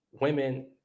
women